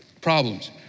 problems